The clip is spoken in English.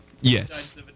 Yes